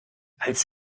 als